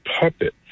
puppet